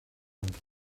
ond